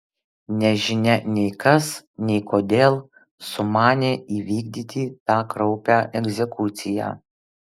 nežinia nei kas nei kodėl sumanė įvykdyti tą kraupią egzekuciją